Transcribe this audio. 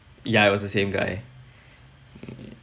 ya it was the same guy mm